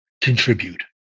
contribute